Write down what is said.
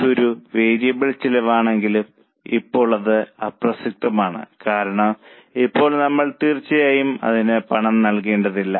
ഇത് ഒരു വേരിയബിൾ ചിലവാണെങ്കിലും ഇപ്പോൾ അത് അപ്രസക്തമാണ് കാരണം ഇപ്പോൾ നമ്മൾ തീർച്ചയായും അതിന് പണം നൽകേണ്ടതില്ല